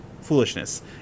foolishness